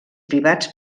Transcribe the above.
privats